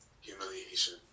humiliation